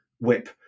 whip